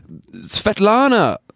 Svetlana